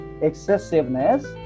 excessiveness